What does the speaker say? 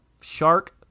shark